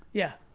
yeah.